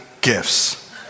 gifts